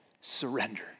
surrender